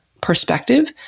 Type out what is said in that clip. perspective